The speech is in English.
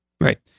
right